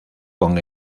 con